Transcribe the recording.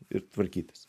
ir tvarkytis